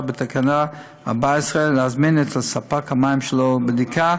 בתקנה 14 ולהזמין אצל ספק המים שלו בדיקה